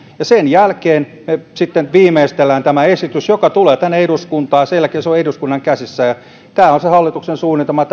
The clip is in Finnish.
sen jälkeen me sitten viimeistelemme tämän esityksen joka tulee tänne eduskuntaan ja sen jälkeen se on eduskunnan käsissä tämä on se hallituksen suunnitelma